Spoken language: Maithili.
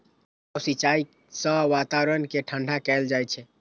छिड़काव सिंचाइ सं वातावरण कें ठंढा कैल जाइ छै